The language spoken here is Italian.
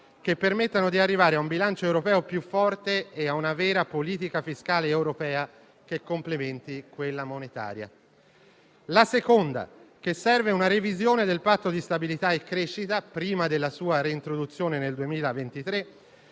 che permettano di arrivare a un bilancio europeo più forte e a una vera politica fiscale europea, che complementi quella monetaria. La seconda: serve una revisione del Patto di stabilità e crescita prima della sua reintroduzione nel 2023,